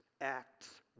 acts